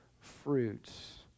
fruits